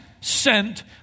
sent